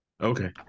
Okay